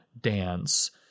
dance